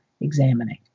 examining